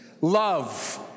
love